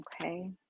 Okay